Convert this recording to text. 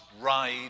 ride